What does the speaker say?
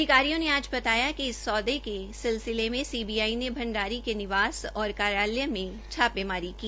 अधिकारियों ने आज बताया कि इस सौदे के सिलसिले में सीबीआई ने भंडारी के निवास और कार्यालय में छापामारी की